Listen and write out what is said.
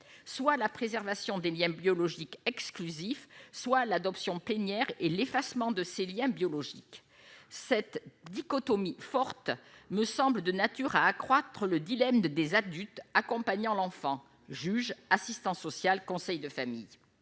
soit la préservation des Liens biologiques exclusif soit l'adoption plénière et l'effacement de ses Liens biologiques cette dichotomie forte me semble de nature à accroître le dilemme de des adultes accompagnant l'enfant juge assistant social, conseil de famille